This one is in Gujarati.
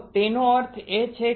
તો તેનો અર્થ શું છે